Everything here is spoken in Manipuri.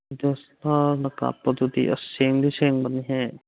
ꯗꯤꯑꯦꯁꯑꯦꯜꯑꯥꯔꯅ ꯀꯥꯞꯄꯗꯨꯗꯤ ꯑꯁ ꯁꯦꯡꯗꯤ ꯁꯦꯡꯕꯅꯤꯍꯦ